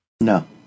No